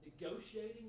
negotiating